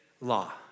law